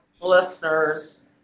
listeners